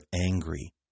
angry